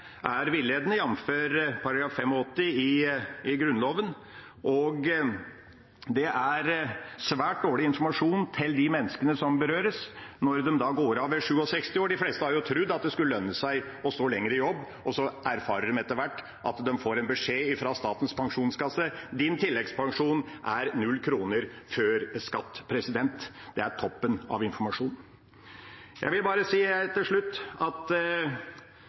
er villedende, jf. § 85 i Grunnloven, og det er svært dårlig informasjon til de menneskene som berøres, når de da går av ved 67 år. De fleste har jo trodd at det skulle lønne seg å stå lenger i jobb, og så erfarer de etter hvert at de får en beskjed fra Statens pensjonskasse: Din tilleggspensjon er 0 kr før skatt. Det er toppen av informasjon. Jeg vil bare helt til slutt si at